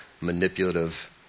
manipulative